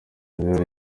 ibirori